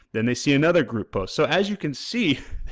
then they see another group post. so, as you can see,